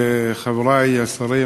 חברי השרים,